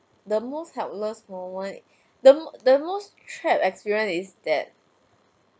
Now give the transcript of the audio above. the most helpless moment the mo~ the most trap experience is that